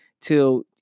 till